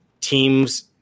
teams